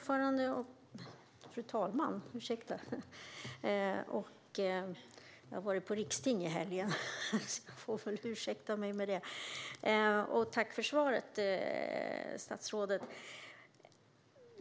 Fru talman! Tack för svaret, statsrådet!